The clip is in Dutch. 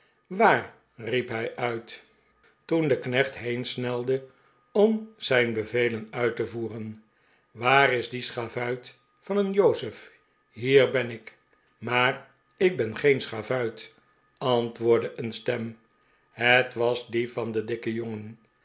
waar riep hij uit toen de de pickwick club knecht heensnelde om zijn bevelen uit te voeren waar is die schavuit van een jozef hier ben ikj maar ik ben geen schavuit antwoordde een stem het was die van den dikken jongen